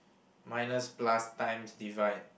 minus plus times divide